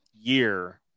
year